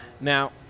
Now